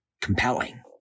compelling